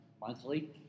monthly